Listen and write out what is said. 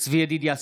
צבי ידידיה סוכות,